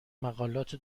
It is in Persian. مقالات